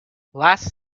last